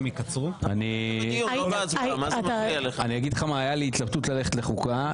הייתה לי התלבטות אם ללכת לחוקה,